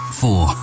four